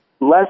less